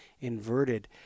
inverted